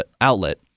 outlet